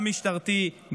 גם משטרתי,